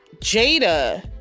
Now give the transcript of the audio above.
Jada